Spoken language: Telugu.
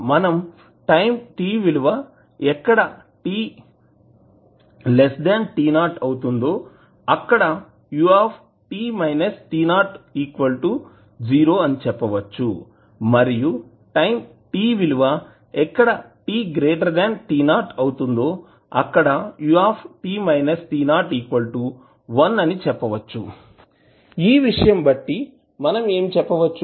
మనం టైం t విలువ ఎక్కడ t t 0 అవుతుందో అక్కడ u 0 అని చెప్పవచ్చు మరియు టైం t విలువ ఎక్కడ t t 0 అవుతుందో అక్కడ u 1 అని చెప్పవచ్చు ఈ విషయం బట్టి మనం ఏమి చెప్పవచ్చు